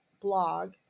blog